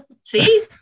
see